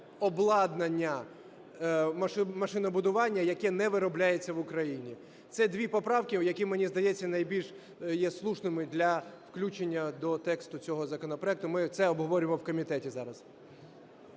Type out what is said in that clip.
обладнання машинобудування, яке не виробляється в Україні. Це дві поправки, які, мені здається, найбільш є слушними для включення до тексту цього законопроекту. Ми це обговорювали в комітеті зараз.